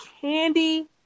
Candy